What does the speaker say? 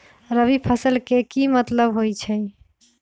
रबी फसल के की मतलब होई छई?